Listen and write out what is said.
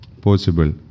possible